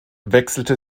wechselte